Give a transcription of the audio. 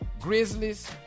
Grizzlies